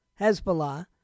Hezbollah